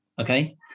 okay